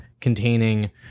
containing